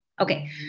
Okay